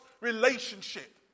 relationship